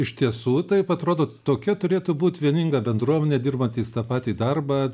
iš tiesų taip atrodo tokia turėtų būt vieninga bendruomenė dirbantys tą patį darbą